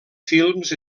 films